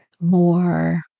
more